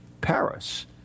Paris